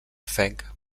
fenc